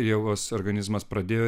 ievos organizmas pradėjo